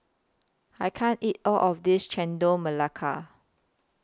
I can't eat All of This Chendol Melaka